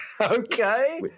Okay